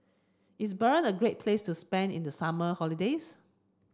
is Bahrain a great place to spend in the summer holiday